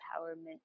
empowerment